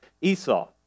Esau